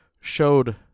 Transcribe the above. showed